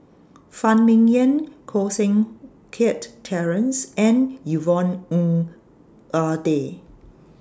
Phan Ming Yen Koh Seng Kiat Terence and Yvonne Ng Uhde